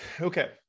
okay